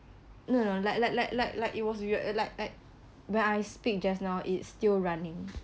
no no no like like like like like it was weird like like when I speak just now it's still running